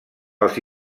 els